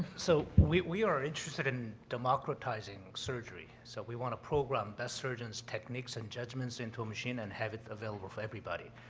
so we we are interested in democratizing surgery so we want to program best surgeons techniques and judgments into a machine and have it available for everybody.